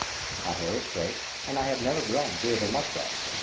my hair is straight and i have never grown beard or mustache.